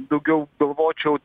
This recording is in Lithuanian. daugiau galvočiau